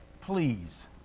please